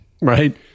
right